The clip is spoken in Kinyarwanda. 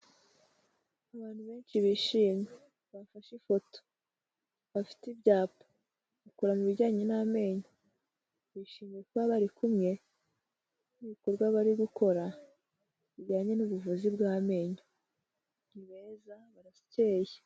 Abantu benshi bishimye, bafashe ifoto, bafite ibyapa, bakora mu bijyanye n'amenyo, bishimiye kuba bari kumwe n'ibikorwa bari gukora bijyanye n'ubuvuzi bw'amenyo, ni beza barakeyeye.